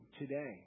today